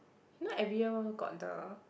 not every year got the